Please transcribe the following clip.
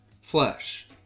flesh